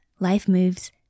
lifemoves